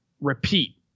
repeat